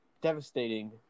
devastating